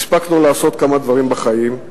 הספקנו לעשות כמה דברים בחיים.